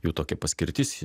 jų tokia paskirtis